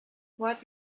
what